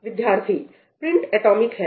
विद्यार्थी print atomic है